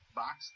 box